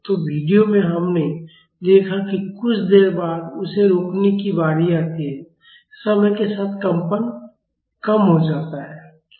तो वीडियो में हमने देखा कि कुछ देर बाद उसे रोकने की बारी आती है समय के साथ कंपन कम हो जाता है